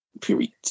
Period